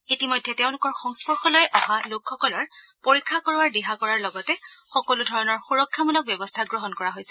ইতিমধ্যে তেওঁলোকৰ সংস্পৰ্শলৈ অহা লোকসকলৰ পৰীক্ষা কৰোৱাৰ দিহা কৰাৰ লগতে সকলো ধৰণৰ সুৰক্ষামূলক ব্যৱস্থা গ্ৰহণ কৰা হৈছে